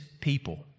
people